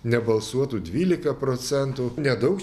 nebalsuotų dvylika procentų nedaug